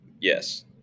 yes